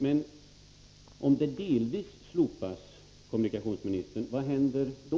Men om den delvis slopas, herr kommunikationsminister, vad händer då?